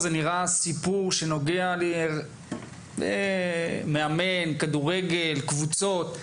נראה שזה סיפור שנוגע למאמן כדורגל ולקבוצות.